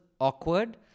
awkward